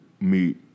meet